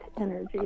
energy